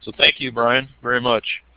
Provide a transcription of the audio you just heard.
thank you, bryan, very much.